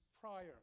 prior